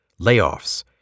layoffs